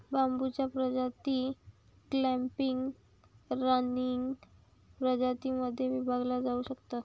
बांबूच्या प्रजाती clumping, running प्रजातीं मध्ये विभागल्या जाऊ शकतात